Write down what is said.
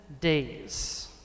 days